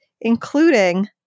including